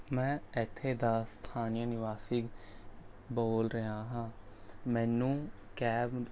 ਮੈਂ ਇੱਥੇ ਦਾ ਸਥਾਨਕ ਨਿਵਾਸੀ ਬੋਲ ਰਿਹਾ ਹਾਂ ਮੈਨੂੰ ਕੈਬ